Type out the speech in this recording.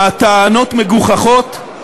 הטענות מגוחכות,